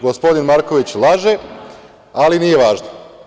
Gospodin Marković laže, ali nije važno.